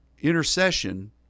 intercession